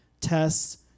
tests